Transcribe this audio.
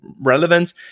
relevance